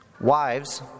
Wives